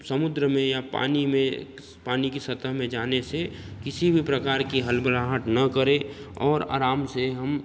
समुद्र में या पानी में पानी की सतह में जाने से किसी भी प्रकार की हड़बड़ाहट न करे और आराम से हम